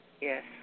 Yes